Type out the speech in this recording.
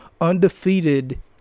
undefeated